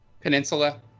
peninsula